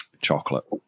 chocolate